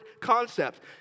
concept